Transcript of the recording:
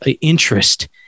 interest